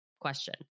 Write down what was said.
question